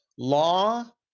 Law